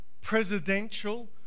presidential